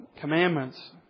commandments